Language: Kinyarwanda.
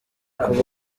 kuba